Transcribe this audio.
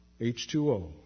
H2O